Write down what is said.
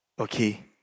Okay